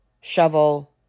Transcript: shovel